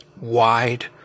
wide